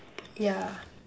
yeah